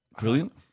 Brilliant